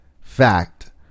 fact